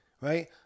right